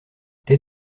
tais